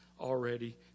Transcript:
already